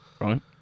right